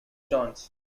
johns